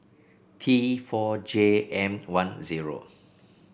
T four J M one O